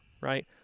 right